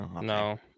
No